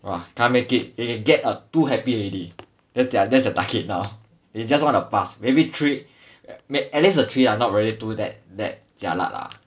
!wah! can't make it you can get a two happy already that's their that's their target now they just want to pass maybe three at least a three not really two that jialat lah